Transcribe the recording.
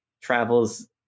travels